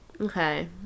Okay